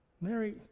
Mary